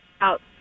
out